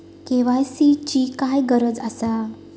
KYC ची काय गरज आसा?